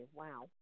wow